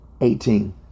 Eighteen